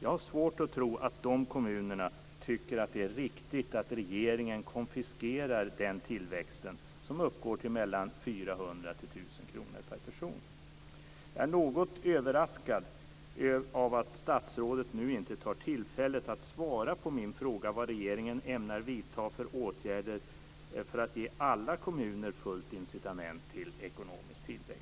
Jag har svårt att tro att de kommunerna tycker att det är riktigt att regeringen konfiskerar den tillväxten, som uppgår till mellan 400 och 1 000 kr per person. Jag är något överraskad av att statsrådet nu inte tar tillfället att svara på min fråga, vad regeringen ämnar vidta för åtgärder för att ge alla kommuner fullt incitament till ekonomisk tillväxt.